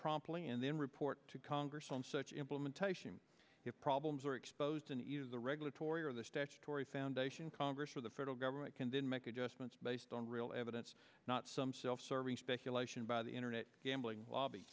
promptly and then report to congress on such implementation problems are exposed in either the regulatory or the statutory foundation congress or the federal government can then make adjustments based on real evidence not some self serving speculation by the internet gambling lobby